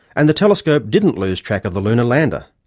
and the telescope didn't lose track of the lunar lander.